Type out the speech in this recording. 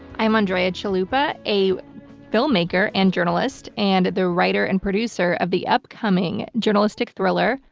i am andrea chalupa, a filmmaker and journalist, and the writer and producer of the upcoming journalistic thriller,